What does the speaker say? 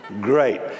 Great